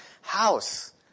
house